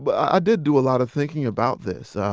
but ah i did do a lot of thinking about this,